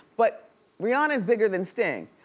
but rihanna is bigger than sting.